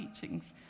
teachings